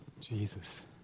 Jesus